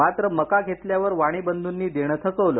मात्र मका घेतल्यावर वाणी बंधूंनी देणं थकवलं